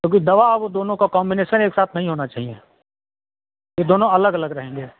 क्योंकि दवा और वो दोनों का कॉम्बिनेसन एक साथ नहीं होना चाहिए ये दोनों अलग अलग रहेंगे